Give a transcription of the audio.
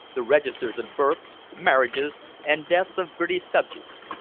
the registers of births, marriages and deaths of british subjects,